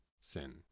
sin